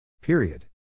Period